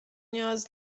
نیاز